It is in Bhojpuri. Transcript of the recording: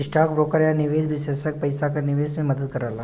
स्टौक ब्रोकर या निवेश विषेसज्ञ पइसा क निवेश में मदद करला